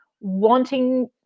wanting